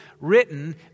written